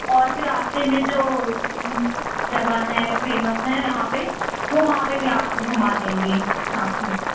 और फिर रास्ते में जो जगह है फेमस है यहाँ पर वहाँ पर भी आपको घुमा देंगे साथ में